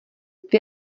dvě